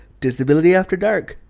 DisabilityAfterDark